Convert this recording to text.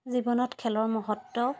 জীৱনত খেলৰ মহত্ব